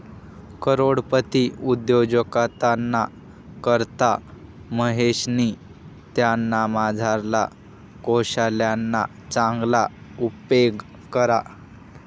करोडपती उद्योजकताना करता महेशनी त्यानामझारला कोशल्यना चांगला उपेग करा